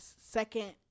second